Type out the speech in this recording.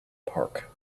park